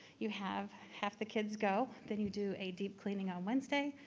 you have half the kids go, then you do a deep cleaning on wednesday.